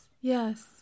yes